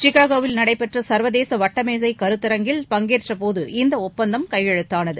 சிகாகோவில் நடைபெற்ற சர்வதேச வட்ட மேஜை கருத்தரங்கில் பங்கேற்றபோது இந்த ஒப்பந்தம் கையெழுத்தானது